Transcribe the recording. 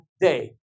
day